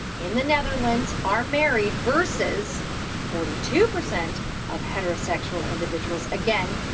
in the netherlands are married versus forty two percent of heterosexual individuals, again,